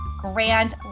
grand